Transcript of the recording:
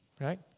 right